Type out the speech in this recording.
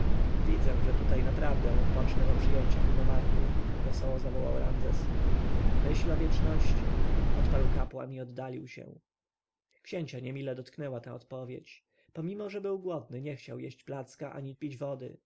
widzę że tutaj naprawdę odpocznę po przyjęciach u nomarchów wesoło zawołał ramzes myśl o wieczności odparł kapłan i oddalił się księcia niemile dotknęła ta odpowiedź pomimo że był głodny nie chciał jeść placka ani pić wody